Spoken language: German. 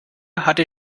hatte